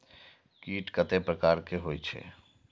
कीट कतेक प्रकार के होई छै?